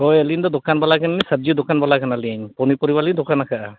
ᱦᱳᱭ ᱟᱹᱞᱤᱧ ᱫᱚ ᱫᱳᱠᱟᱱ ᱵᱟᱞᱟ ᱠᱟᱱᱟᱞᱤᱧ ᱥᱚᱵᱽᱡᱤ ᱫᱳᱠᱟᱱ ᱵᱟᱞᱟ ᱠᱟᱱᱟᱹᱞᱤᱧ ᱯᱚᱱᱤ ᱯᱚᱨᱤ ᱞᱤᱧ ᱫᱳᱠᱟᱱ ᱠᱟᱜᱼᱟ